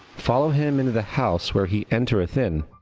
follow him into the house where he entereth in.